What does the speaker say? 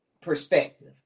perspective